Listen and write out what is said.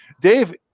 Dave